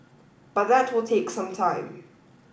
but that will take some time